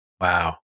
Wow